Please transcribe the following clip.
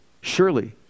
surely